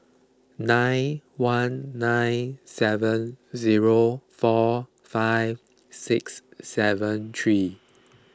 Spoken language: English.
nine one nine seven zero four five six seven three